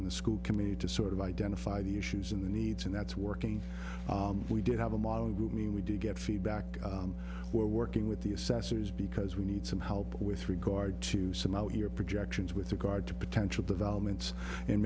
in the school community to sort of identify the issues and the needs and that's working we did have a model group mean we do get feedback we're working with the assessors because we need some help with regard to some out here projections with regard to potential developments and